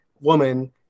woman